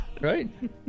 Right